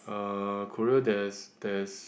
uh Korea there's there's